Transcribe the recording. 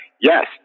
yes